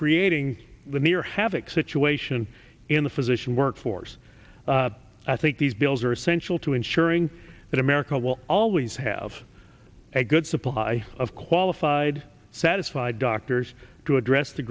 creating the near havoc situation in the physician workforce i think these bills are essential to ensuring that america will always have a good supply of qualified satisfied doctors to address the